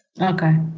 okay